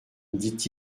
dit